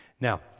Now